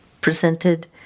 presented